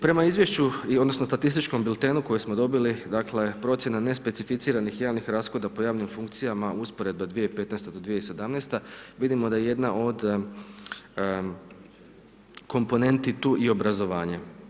Prema izvješću, odnosno, statističkom biltenu kojeg smo dobili, dakle, procjena nespecificiranih javnih rashoda po javnim funkcijama, usporedbe 2015.-2017. vidimo da je jedna od komponenti tu i obrazovanje.